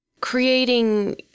creating